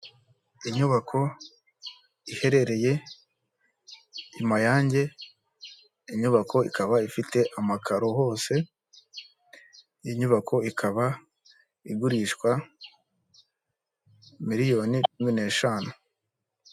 Inyubako iherereye i Mayange, inyubako ikaba ifite amakaro hose, inyubako ikaba igurishwa miliyoni cumi n' eshanu.